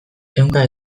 ehunka